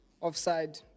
offside